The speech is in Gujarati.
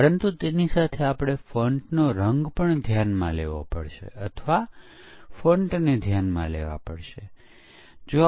પરંતુ આપણે આગળ વધતા પહેલા ચાલો આપણે બીજો એક ખૂબ જ મૂળભૂત મુદ્દો જોઈએ